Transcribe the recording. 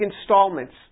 installments